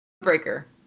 Breaker